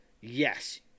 yes